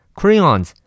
crayons